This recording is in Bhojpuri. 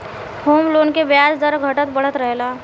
होम लोन के ब्याज दर घटत बढ़त रहेला